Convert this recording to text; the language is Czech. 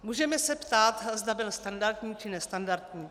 Můžeme se ptát, zda byl standardní, či nestandardní.